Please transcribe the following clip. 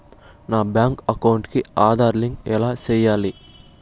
నా bank account కి Aadhaar link ఎలా సేయాలి